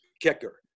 kicker